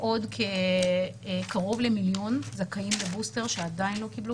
עוד קרוב למיליון זכאים לבוסטר והם עדיין לא קיבלו